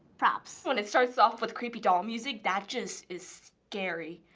props. when it starts off with creepy doll music, that just is scary.